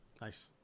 Nice